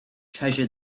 treasure